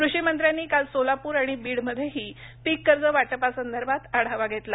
कृषी मंत्र्यांनी काल सोलापूर आणि बीडमध्येही पीक कर्ज वाटपा संदर्भात आढावा घेतला